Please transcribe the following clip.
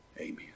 Amen